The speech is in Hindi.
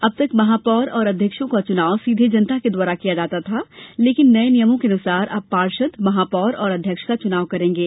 अब तक महापौर और अध्यक्षों का चुनाव सीधे जनता के द्वारा किया जाता था लेकिन नये नियमों के अनुसार अब पार्षद महापौर और अध्यक्ष का चुनाव करेंगे